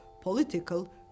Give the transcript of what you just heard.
political